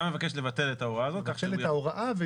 אתה מבקש לבטל את ההוראה הזאת.